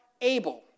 able